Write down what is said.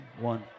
one